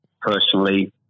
personally